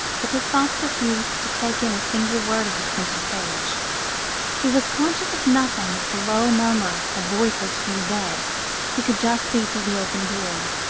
but his thoughts refused to take in a single word of the printed page he was conscious of nothing but the low murmur of voices from the bed he could just see through the open door.